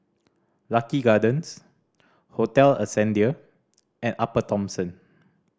Lucky Gardens Hotel Ascendere and Upper Thomson